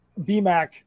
BMAC